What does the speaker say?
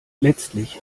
letztlich